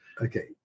Okay